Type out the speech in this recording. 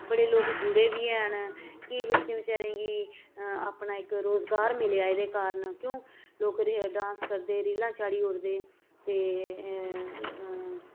बड़े लोक जुड़े बी हैन केईं बच्चे बचैरें गी अपना इक रोजगार मिलेआ एह्दे कारन क्युं लोक डांस करदे रीलां चाढ़ी ओड़दे ते